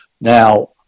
Now